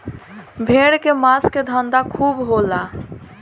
भेड़ के मांस के धंधा खूब होला